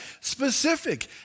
specific